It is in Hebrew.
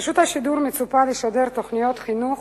מרשות השידור מצופה לשדר תוכניות חינוך,